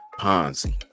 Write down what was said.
ponzi